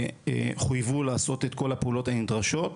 חויבו לעשות את כל הפעולות הנדרשות.